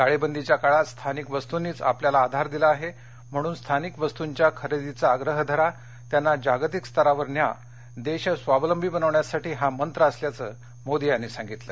टाळेबंदीच्या काळात स्थानिक वस्तूंनीच आपल्याला आधार दिला आहे म्हणून स्थानिक वस्तूंच्या खरेदीचा आग्रह धरा त्यांना जागतिक स्तरावर न्या देश स्वावलंबी बनविण्यासाठी हा मंत्र असल्याचं मोदी यांनी सांगितलं